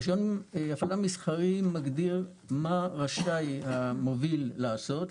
רישיון הפעלה מסחרי מגדיר מה רשאי המוביל לעשות.